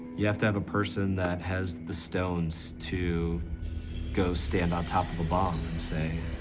you have to have a person that has the stones to go stand on top of a bomb and say,